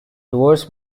towards